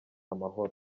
amahoro